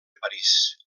parís